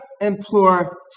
implore